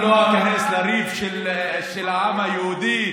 אני לא איכנס לריב של העם היהודי,